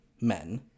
men